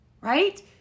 right